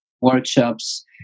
workshops